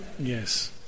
Yes